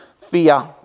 fear